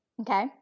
Okay